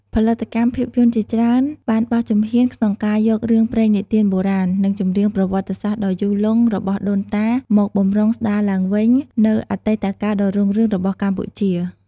ផលិតកម្មភាពយន្តជាច្រើនបានបោះជំហានក្នុងការយករឿងព្រេងនិទានបុរាណ និងចម្រៀងប្រវត្តិសាស្ត្រដ៏យូរលង់របស់ដូនតា មកបម្រុងស្ដារឡើងវិញនូវអតីតកាលដ៏រុងរឿងរបស់កម្ពុជា។